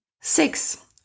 Six